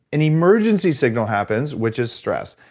an emergency signal happens, which is stress.